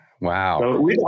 Wow